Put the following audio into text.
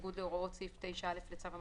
בניגוד להוראות סעיף 9(א) לצו המחסנים,